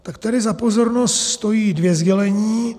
Tak tady za pozornost stojí dvě sdělení.